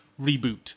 reboot